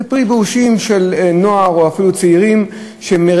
זה פרי באושים של נוער או אפילו של צעירים שמריקנות,